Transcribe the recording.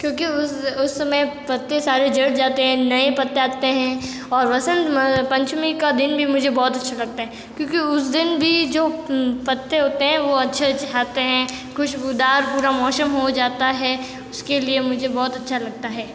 क्योंकि उस उस समय पत्ते सारे झड़ जाते हैं नए पत्ते आते हैं और वसंत पंचमी का दिन भी मुझे बहुत अच्छा लगता है क्योंकि उस दिन भी जो पत्ते होते हैं वह अच्छे अच्छे आते हैं खुशबूदार पूरा मौसम हो जाता है उसके लिए मुझे बहुत अच्छा लगता है